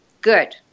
good